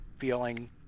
feeling